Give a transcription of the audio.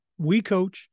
WeCoach